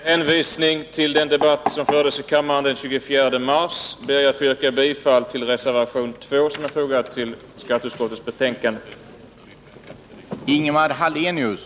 Herr talman! Med hänvisning till tidigare behandling av trafikutskottets betänkande nr 16 vill jag yrka bifall till vpk-motionerna 605 och 1855.